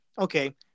okay